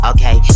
Okay